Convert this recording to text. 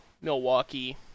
Milwaukee